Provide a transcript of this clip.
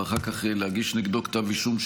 ואחר כך להגיש נגדו כתב אישום,